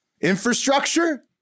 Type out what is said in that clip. Infrastructure